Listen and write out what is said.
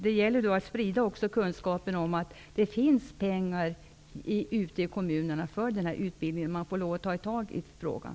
Det gäller att sprida kunskapen om att det ute i kommunerna finns pengar för den här utbildningen, och man får ta tag i frågan.